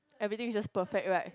everything is just perfect right